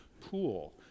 pool